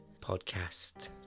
podcast